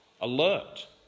alert